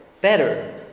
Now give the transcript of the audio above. better